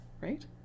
Right